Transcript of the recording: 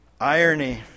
Irony